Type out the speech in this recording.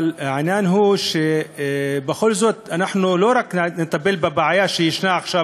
אבל העניין הוא שבכל זאת אנחנו לא נטפל רק בבעיה שיש עכשיו,